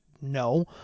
No